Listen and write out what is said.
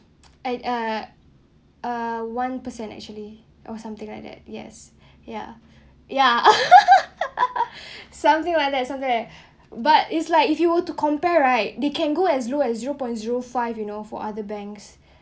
and uh one percent actually or something like that yes yeah yeah something like that so there but it's like if you were to compare right they can go as low as zero point zero five you know for other banks